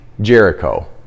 Jericho